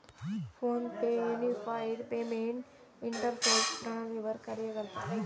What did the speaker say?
phone पे unified payment interface प्रणालीवर कार्य करता